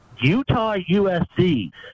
Utah-USC